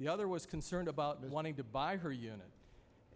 the other was concerned about wanting to buy her unit